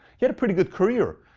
he had a pretty good career.